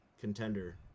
contender